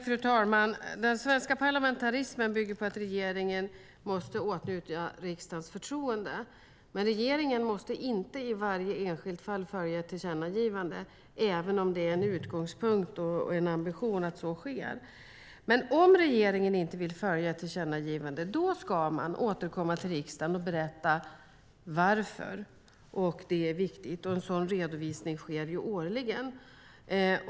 Fru talman! Den svenska parlamentarismen bygger på att regeringen måste åtnjuta riksdagens förtroende. Regeringen måste dock inte i varje enskilt fall följa ett tillkännagivande, även om det är en utgångspunkt och en ambition att så sker. Om regeringen inte vill följa ett tillkännagivande ska den dock återkomma till riksdagen och berätta varför. Det är viktigt, och en sådan redovisning sker årligen.